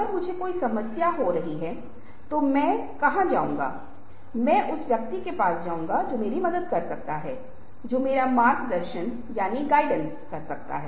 portraits चित्रित होते थे फिर फोटोग्राफी आई जिसने पूरी प्रक्रिया को मशीनीकृत किया और आज आप देखते हैं कि फोटोग्राफी की प्रक्रिया और फोटोग्राफ विकसित करने में देरी नहीं होती है